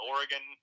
Oregon